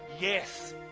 yes